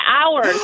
hours